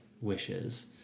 wishes